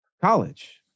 College